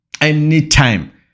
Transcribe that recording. Anytime